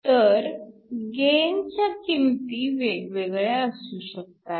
तर गेन च्या किंमती वेगवेगळ्या असू शकतात